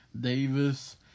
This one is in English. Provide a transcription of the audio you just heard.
Davis